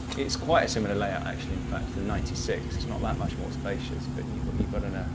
it's quite a similar layout actually in fact to the ninety six, it's not that much more spacious, but you've got you've got an ah